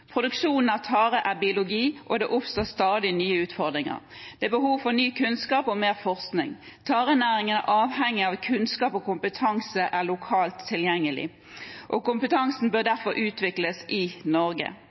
av tare er biologi, og det oppstår stadig nye utfordringer. Det er behov for ny kunnskap og mer forskning. Tarenæringen er avhengig av at kunnskap og kompetanse er lokalt tilgjengelig, og kompetansen bør derfor utvikles i Norge.